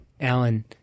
Alan